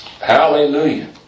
Hallelujah